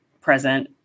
present